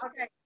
Okay